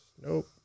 Nope